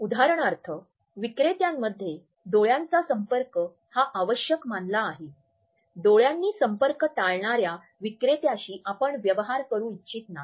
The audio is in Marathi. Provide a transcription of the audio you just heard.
उदाहरणार्थ विक्रेत्यामध्ये डोळ्यांचा संपर्क हा आवश्यक मानला आहे डोळ्यांनी संपर्क टाळणाऱ्या विक्रेत्याशी आपण व्यवहार करू इच्छित नाही